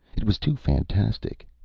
it was too fantastic.